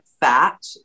fat